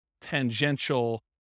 tangential